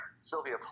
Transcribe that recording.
Sylvia